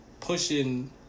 pushing